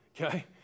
okay